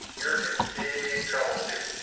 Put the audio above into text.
you're in big trouble too,